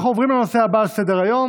אנחנו עוברים לנושא הבא על סדר-היום,